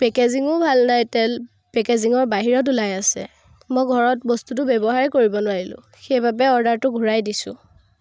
পেকেজিঙো ভাল নহয় তেল পেকেজিঙৰ বাহিৰত ওলাই আছে মই ঘৰত বস্তুটো ব্যৱহাৰেই কৰিব নোৱাৰিলোঁ সেইবাবে অৰ্ডাৰটো ঘূৰাই দিছোঁ